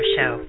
Show